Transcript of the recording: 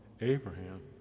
Abraham